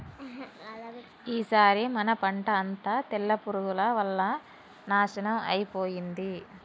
ఈసారి మన పంట అంతా తెల్ల పురుగుల వల్ల నాశనం అయిపోయింది